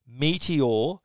Meteor